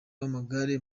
w’amagare